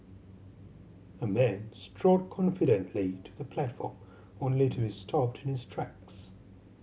a man strode confidently to the platform only to be stopped in his tracks